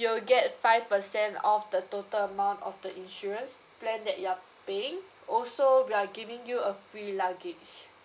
you will get five percent of the total amount of the insurance plan that you are paying also we are giving you a free luggage